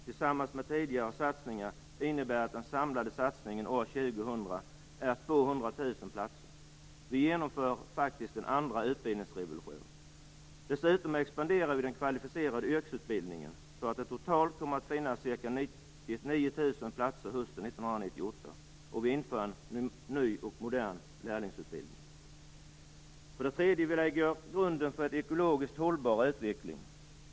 Tillsammans med tidigare satsningarna innebär det att den samlade satsningen år 2000 är 200 000 platser. Vi genomför faktiskt en andra utbildningsrevolution. Dessutom expanderar vi den kvalificerade yrkesutbildningen, så att det totalt kommer att finnas ca 9 000 platser hösten 1998. Vi inför också en ny, modern lärlingsutbildning. För det tredje: Vi lägger grunden för en ekologiskt hållbar utveckling.